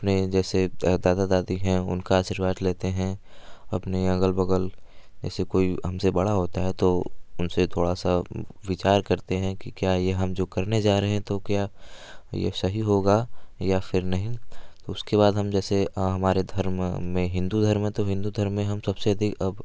अपने जैसे दादा दादी हैं उनका आशीर्वाद लेते हैं अपने अगल बगल जैसे कोई हमसे बड़ा होता है तो उनसे थोड़ा सा विचार करते हैं कि क्या ये हम जो करने जा रहे हैं तो क्या ये सही होगा या फिर नहीं तो उसके बाद हम जैसे हमारे धर्म में हिन्दू धर्म है तो हिन्दू धर्म में हम सबसे अधिक अब